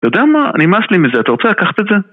יודע מה? אני נמאס לי מזה. אתה רוצה לקחת את זה?